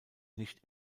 nicht